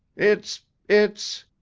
its. its,